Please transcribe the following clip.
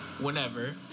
whenever